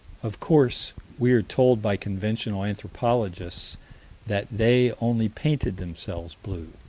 of course we are told by conventional anthropologists that they only painted themselves blue,